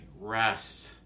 rest